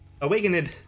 Awakened